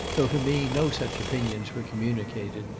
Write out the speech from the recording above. though to me no such opinions were communicated,